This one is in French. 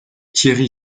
thierry